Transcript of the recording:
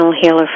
healer